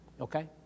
okay